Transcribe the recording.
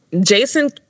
Jason